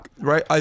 right